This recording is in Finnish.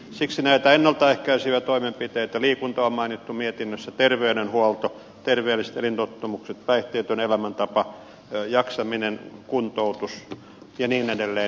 siksi tarvitaan näitä ennalta ehkäiseviä toimenpiteitä liikunta on mainittu mietinnössä terveydenhuolto terveelliset elintottumukset päihteetön elämäntapa jaksaminen kuntoutus ja niin edelleen